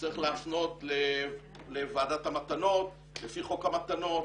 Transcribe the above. צריך להפנות לוועדת המתנות לפי חוק המתנות,